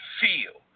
feel